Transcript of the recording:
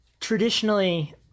traditionally